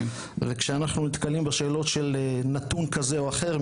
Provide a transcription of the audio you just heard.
כשאנחנו נתקלים בשאלות של נתון כזה או אחר,